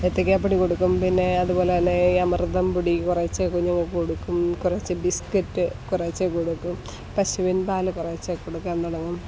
ഏത്തയ്ക്കാപ്പൊടി കൊടുക്കും പിന്നെ അതുപോലെ തന്നെ ഈ അമൃതം പൊടി കുറേശ്ശെ കുഞ്ഞുങ്ങൾക്ക് കൊടുക്കും കുറച്ച് ബിസ്ക്കറ്റ് കുറേശ്ശെ കൊടുക്കും പശുവിൻ പാൽ കുറേശ്ശെ കൊടുക്കാൻ തുടങ്ങും